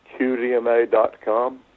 qdma.com